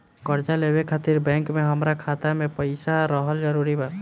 कर्जा लेवे खातिर बैंक मे हमरा खाता मे पईसा रहल जरूरी बा?